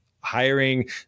hiring